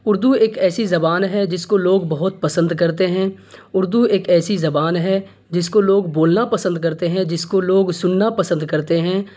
اردو ایک ایسی زبان ہے جس کو لوگ بہت پسند کرتے ہیں اردو ایک ایسی زبان ہے جس کو لوگ بولنا پسند کرتے ہیں جس کو لوگ سننا پسند کرتے ہیں